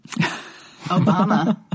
Obama